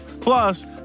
Plus